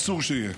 אסור שיהיה.